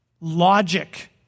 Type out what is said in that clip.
logic